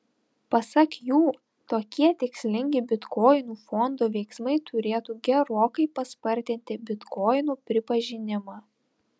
pasak jų tokie tikslingi bitkoinų fondo veiksmai turėtų gerokai paspartinti bitkoinų pripažinimą